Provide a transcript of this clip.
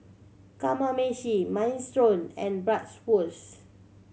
Kamameshi Minestrone and Bratwurst